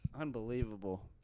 Unbelievable